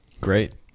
Great